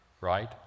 right